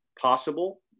possible